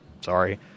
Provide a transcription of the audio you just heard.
sorry